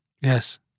Yes